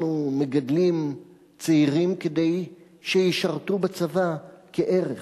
אנחנו מחנכים צעירים כדי שישרתו בצבא כערך.